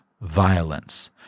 violence